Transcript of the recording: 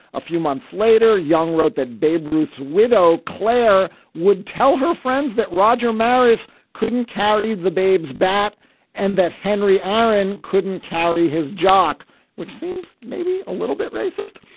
a few months later young wrote that babe ruth's widow claire would tell her friends that roger maris couldn't carry the babe's bat and that henry aaron couldn't carry his jock which seems maybe a little bit racist.